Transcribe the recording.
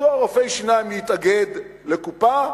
ירצו רופאי השיניים להתאגד לקופה,